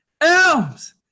elms